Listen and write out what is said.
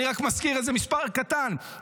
אני רק מזכיר איזה מספר קטן,